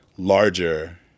larger